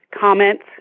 comments